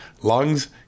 lungs